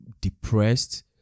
depressed